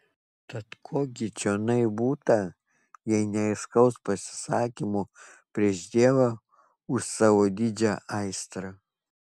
tad ko gi čionai būta jei ne aiškaus pasisakymo prieš dievą už savo didžią aistrą